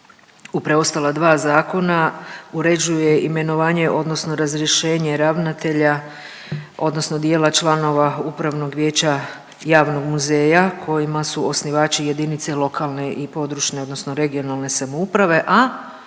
preostala dva zakona uređuje imenovanje odnosno razrješenje ravnatelja odnosno dijela članova Upravnog vijeća javnog muzeja kojima su osnivači jedinice lokalne i područne odnosno regionalne samouprave, a